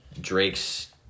Drake's